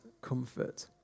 comfort